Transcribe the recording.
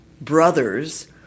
brothers